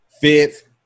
fifth